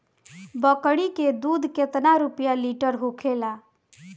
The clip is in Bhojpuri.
बकड़ी के दूध केतना रुपया लीटर होखेला?